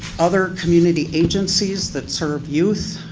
other community agencies that serve youth.